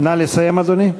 נא לסיים, אדוני.